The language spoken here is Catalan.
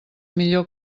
millor